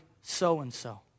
so-and-so